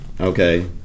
okay